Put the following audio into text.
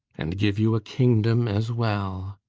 and give you a kingdom as well?